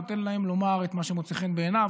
נותן להם לומר את מה שמוצא חן בעיניו,